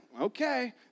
okay